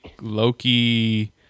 Loki